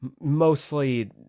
mostly